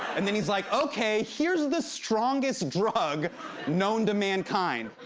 and then he's like, okay, here's the strongest drug known to mankind.